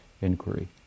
inquiry